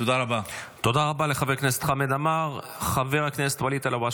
אם מישהו מצפה מהממשלה הזאת, ואני